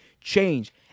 change